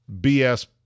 BS